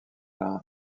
l’un